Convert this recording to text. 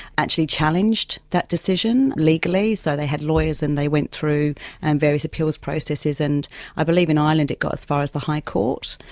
actually challenged that decision, legally, so they had lawyers and they went through and various appeals processes and i believe in ireland it got as far as the high court,